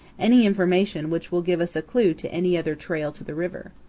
any information which will give us a clue to any other trail to the river.